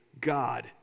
God